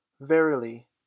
Verily